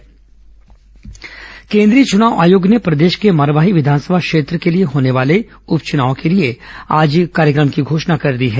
मरवाही उप चुनाव केन्द्रीय चुनाव आयोग ने प्रदेश के मरवाही विधानसभा क्षेत्र के लिए होने वाले उप चुनाव के लिए आज कार्यक्रम की घोषणा कर दी है